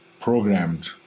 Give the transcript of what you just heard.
programmed